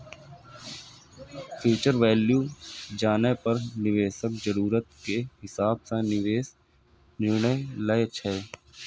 future value जानै पर निवेशक जरूरत के हिसाब सं निवेश के निर्णय लै छै